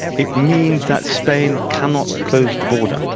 it means that spain cannot close the border.